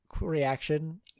reaction